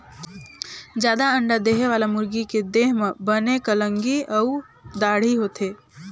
जादा अंडा देहे वाला मुरगी के देह म बने कलंगी अउ दाड़ी होथे